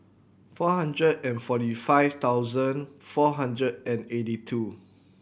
four hundred and forty five thousand four hundred and eighty two